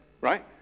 right